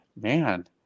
Man